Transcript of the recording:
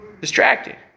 Distracted